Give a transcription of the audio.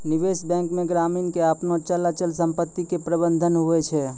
निबेश बेंक मे ग्रामीण के आपनो चल अचल समपत्ती के प्रबंधन हुवै छै